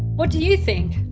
what do you think?